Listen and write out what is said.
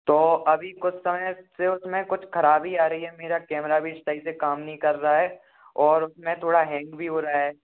तो अभी कुछ समय से उसमें कुछ ख़राबी आ रही है मेरा कैमेरा भी सही से काम नहीं कर रहा है और उसमें थोड़ा हैंग भी हो रहा है